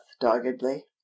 doggedly